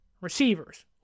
receivers